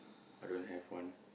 I don't have one